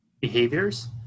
behaviors